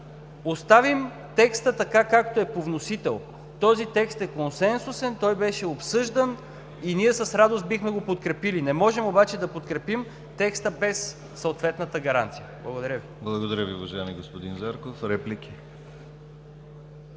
оставим текста така както е по вносител. Този текст е консенсусен. Той беше обсъждан и ние с радост бихме го подкрепили. Не можем обаче да подкрепим текста без съответната гаранция. Благодаря Ви. ПРЕДСЕДАТЕЛ ДИМИТЪР ГЛАВЧЕВ: Благодаря Ви, уважаеми господин Зарков. Реплики?